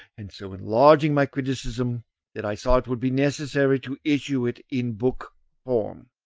and so enlarging my criticism that i saw it would be necessary to issue it in book form.